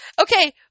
Okay